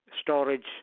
storage